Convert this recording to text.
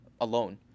alone